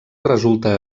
resulta